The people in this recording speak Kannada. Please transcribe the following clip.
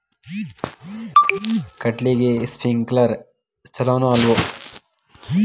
ಕಡ್ಲಿಗೆ ಸ್ಪ್ರಿಂಕ್ಲರ್ ಛಲೋನೋ ಅಲ್ವೋ?